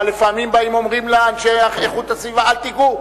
אבל לפעמים באים ואומרים לה אנשי איכות הסביבה: אל תיגעו,